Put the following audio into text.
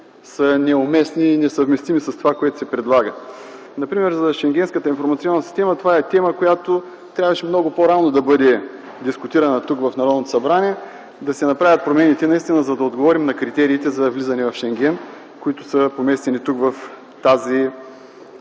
са неуместни и несъвместими с това, което се предлага. Например, темата за Шенгенската информационна система трябваше много по-рано да бъде дискутирана тук, в Народното събрание и да се направят промените, за да отговорим на критериите за влизане в Шенген, които са поместени и